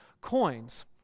coins